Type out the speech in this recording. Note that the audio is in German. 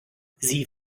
sie